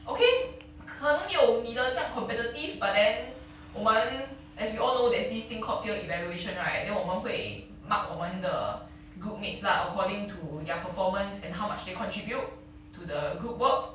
okay 可能没有你的这样 competitive but then 我们 as we all know there's this thing called peer evaluation right then 我们会 mark 我们的 group mates lah according to their performance and how much they contribute to the good work